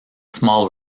small